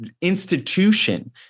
institution